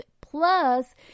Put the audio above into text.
Plus